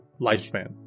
lifespan